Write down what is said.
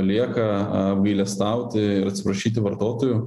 lieka apgailestauti ir atsiprašyti vartotojų